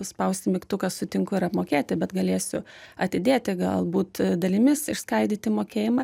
spausti mygtuką sutinku ir apmokėti bet galėsiu atidėti galbūt dalimis išskaidyti mokėjimą